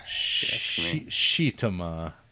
Shitama